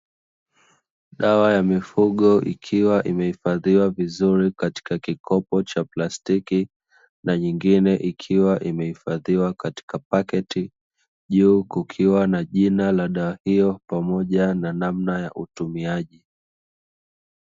Dawa ya mifugo ikiwa imehifadhiwa vizuri katika kikopo cha plastiki, na nyingine ikiwa imehifadhiwa katika paketi, juu kukiwa na jina la dawa hiyo pamoja na namna ya utumiaji.